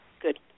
Good